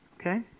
Okay